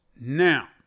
Now